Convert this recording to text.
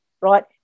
Right